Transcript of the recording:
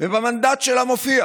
ובמנדט שלה מופיע